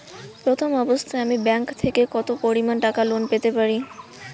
প্রথম অবস্থায় আমি ব্যাংক থেকে কত পরিমান টাকা লোন পেতে পারি?